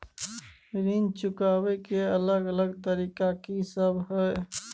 ऋण चुकाबय के अलग अलग तरीका की सब हय?